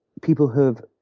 people have,